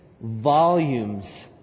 volumes